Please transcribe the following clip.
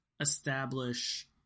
Establish